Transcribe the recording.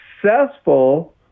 successful